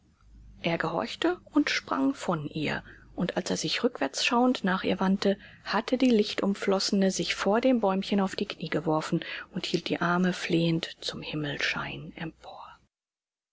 er gehorchte und sprang von ihr und als er sich rückwärtsschauend nach ihr wandte hatte die lichtumflossene sich vor dem bäumchen auf die knie geworfen und hielt die arme flehend zum himmelsschein empor